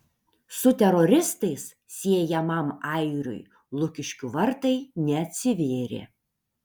su teroristais siejamam airiui lukiškių vartai neatsivėrė